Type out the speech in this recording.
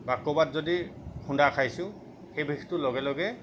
বা ক'ৰবাত যদি খুন্দা খাইছোঁ সেই বিষটো লগে লগে